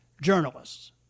Journalists